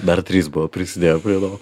dar trys buvo prisidėję prie to